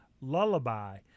Lullaby